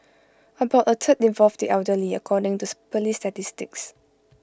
about A third involved the elderly according to Police statistics